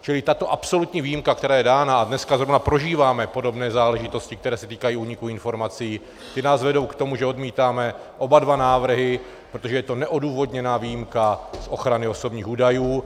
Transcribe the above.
Čili tato absolutní výjimka, která je dána, a dneska zrovna prožíváme podobné záležitosti, které se týkají úniku informací, ty nás vedou k tomu, že odmítáme oba návrhy, protože je to neodůvodněná výjimka z ochrany osobních údajů.